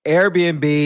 Airbnb